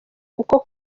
uko